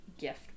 gift